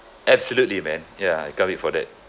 absolutely man ya I can't wait for that